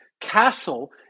castle